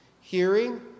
hearing